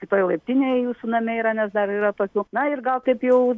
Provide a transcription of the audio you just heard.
kitoj laiptinėj jūsų name yra nes dar yra tokių na ir gal taip jau